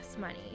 money